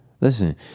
Listen